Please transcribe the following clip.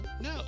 no